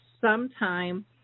sometime